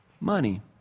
money